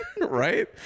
Right